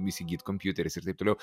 įsigyt kompiuteris ir taip toliau